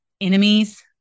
enemies